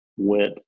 went